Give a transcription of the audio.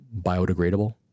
biodegradable